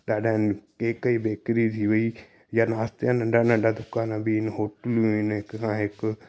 ॾाढा आहिनि केक जी बेक्री थी वई या नाश्ते या नंढा नंढा दुकान बि आहिनि बि इन हिक खां हिकु